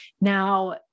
Now